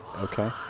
Okay